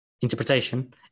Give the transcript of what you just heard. interpretation